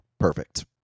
perfect